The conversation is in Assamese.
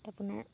আপোনাৰ